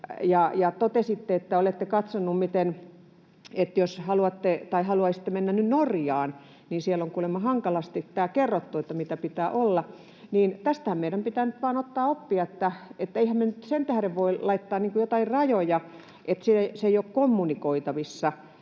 Totesitte, että olette katsonut, että jos haluaisitte mennä nyt Norjaan, niin siellä on kuulemma hankalasti kerrottu, mitä pitää olla, ja tästähän meidän pitää nyt vain ottaa oppia. Eihän me nyt sen tähden voida laittaa joitain rajoja, että se ei ole kommunikoitavissa.